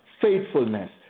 faithfulness